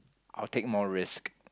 I'll take more risk